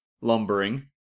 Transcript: Lumbering